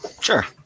Sure